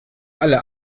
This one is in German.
alle